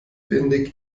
windig